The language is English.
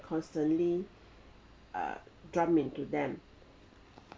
constantly uh drum into them